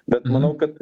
bet manau kad